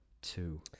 Two